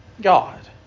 God